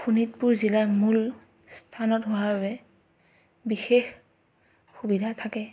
শোণিতপুৰ জিলাৰ মূল স্থানত হোৱাৰ বাবে বিশেষ সুবিধা থাকে